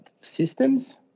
systems